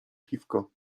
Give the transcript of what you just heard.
piwko